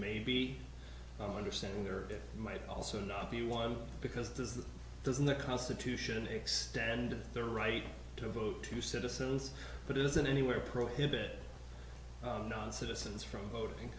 be understanding there might also not be one because this is doesn't the constitution extend their right to vote to citizens but it isn't anywhere prohibit non citizens from voting